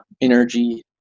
energy